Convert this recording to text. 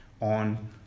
on